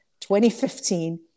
2015